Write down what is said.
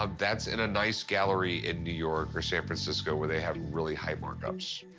ah that's in a nice gallery in new york or san francisco, where they have really high markups.